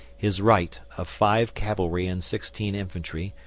his right, of five cavalry and sixteen infantry,